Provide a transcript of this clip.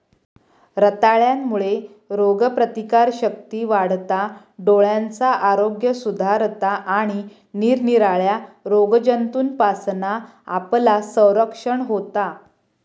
रताळ्यांमुळे रोगप्रतिकारशक्ती वाढता, डोळ्यांचा आरोग्य सुधारता आणि निरनिराळ्या रोगजंतूंपासना आपला संरक्षण होता